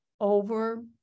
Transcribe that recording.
over